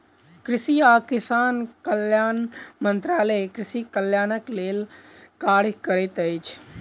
कृषि आ किसान कल्याण मंत्रालय कृषि कल्याणक लेल कार्य करैत अछि